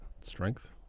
strength